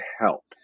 help